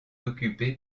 occupé